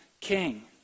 king